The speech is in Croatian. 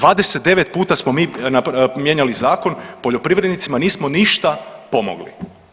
29 puta smo mi mijenjali zakon, poljoprivrednicima nismo ništa pomogli.